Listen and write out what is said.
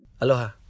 Aloha